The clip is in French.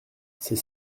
c’est